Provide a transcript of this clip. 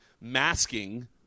masking